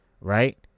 right